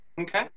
Okay